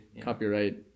copyright